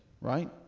right